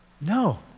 No